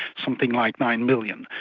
something like nine million.